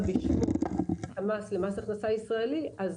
בשמו את המס למס ההכנסה הישראלי - אז